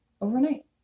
overnight